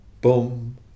boom